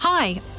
Hi